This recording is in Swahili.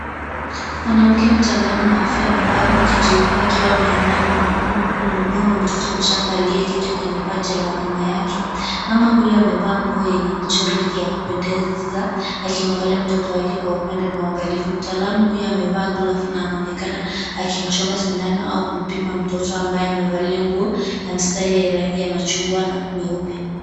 Mwanamke mtaalamu wa afya amevaa koti jeupe akiwa ameinama kumhudumu mtoto mchanga aliyeketi kwenye paja la mama yake. Mama huyu amevaa nguo yenye mchoro ya kupendeza akimwangalia mtoto wake kwa upendo na uangalifu. Mtaalamu huyu amevaa glavu na anaonekana akimchoma sindano au kumpima mtoto ambaye amevalia nguo ya mstari ya rangi ya machungwa na meupe.